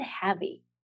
heavy